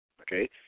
okay